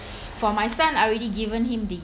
for my son I already given him the